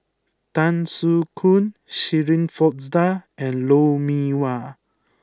Tan Soo Khoon Shirin Fozdar and Lou Mee Wah